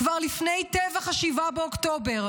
כבר לפני טבח 7 באוקטובר,